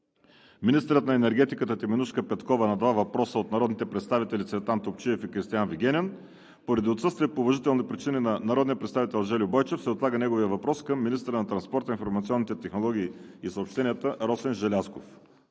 министърът на енергетиката Теменужка Петкова – на два въпроса от народните представители Цветан Топчиев; и Кристиан Вигенин. Поради отсъствие по уважителни причини на народния представител Жельо Бойчев се отлага неговият въпрос към министъра на транспорта, информационните технологии и съобщенията Росен Желязков.